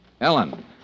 Ellen